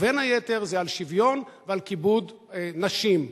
ובין היתר על שוויון ועל כיבוד נשים.